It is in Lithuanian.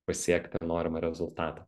pasiekti norimą rezultatą